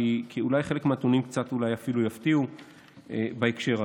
כי אולי חלק מהנתונים אפילו קצת יפתיעו בהקשר הזה.